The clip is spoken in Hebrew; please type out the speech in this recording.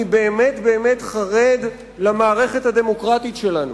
אני באמת באמת חרד למערכת הדמוקרטית שלנו,